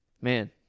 Man